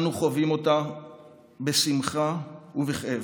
אנו חווים אותה בשמחה ובכאב,